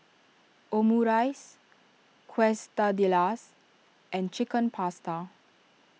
Omurice Quesadillas and Chicken Pasta